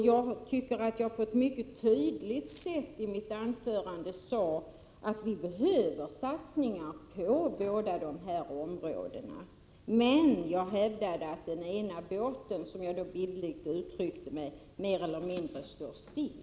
Jag tycker att jag på ett mycket tydligt sätt i mitt anförande sade att vi behöver satsningar på båda dessa områden. Men jag hävdade att den ena båten, bildligt talat, mer eller mindre står still.